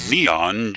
Neon